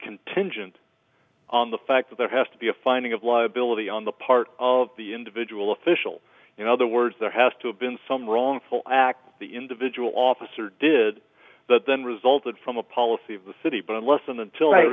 contingent on the fact that there has to be a finding of liability on the part of the individual official in other words there has to have been some wrongful act the individual officer did that then resulted from a policy of the city but unless and until there